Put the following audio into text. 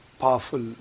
powerful